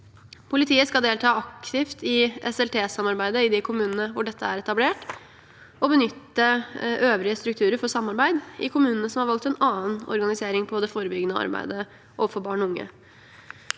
Politiet skal delta aktivt i SLT-samarbeidet i de kommunene hvor dette er etablert, og benytte øvrige strukturer for samarbeid i de kommunene som har valgt en annen organisering av det forebyggende arbeidet overfor barn og unge.